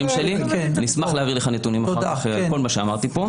שלי ואשמח להעביר לך נתונים על כל מה שאמרתי פה.